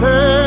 Hey